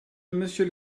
monsieur